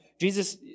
Jesus